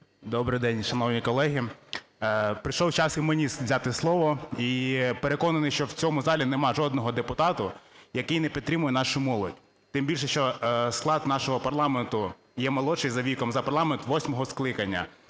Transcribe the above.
Добрий день, шановні колеги! Прийшов час і мені взяти слово, і переконаний, що в цьому залі нема жодного депутата, який не підтримує нашу молодь, тим більше, що склад нашого парламенту є молодший за віком за парламент восьмого скликання.